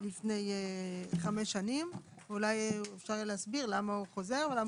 לפני חמש שנים ואולי אפשר יהיה להסביר למה הוא חוזר ולמה